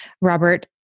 Robert